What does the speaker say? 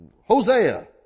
Hosea